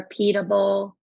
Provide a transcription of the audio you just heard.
repeatable